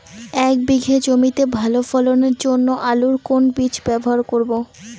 এক বিঘে জমিতে ভালো ফলনের জন্য আলুর কোন বীজ ব্যবহার করব?